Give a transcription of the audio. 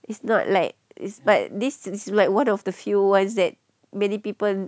it's not like it's but this this is like one of the few ones that many people